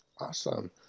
Awesome